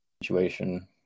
Situation